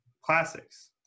classics